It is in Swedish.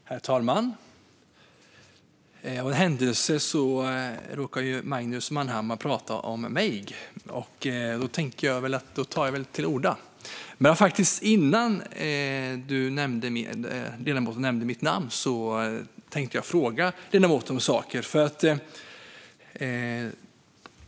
Herr talman! Som av en händelse talade Magnus Manhammar om mig. Då tänker jag att jag tar till orda. Men redan innan ledamoten nämnde mitt namn tänkte jag faktiskt fråga ledamoten om några saker.